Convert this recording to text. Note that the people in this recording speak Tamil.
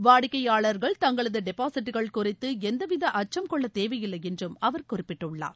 வாடிக்கைபாளர்கள் தங்களது டெபாசிட்டுகள் குறித்து எந்தவித அச்சம் கொள்ள தேவையில்லை என்று அவர் குறிப்பிட்டுள்ளார்